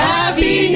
Happy